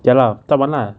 ya lah type [one] lah